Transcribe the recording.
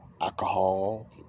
Alcohol